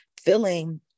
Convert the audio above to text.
feeling